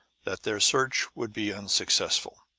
that their search would be unsuccessful.